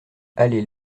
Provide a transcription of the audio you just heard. allée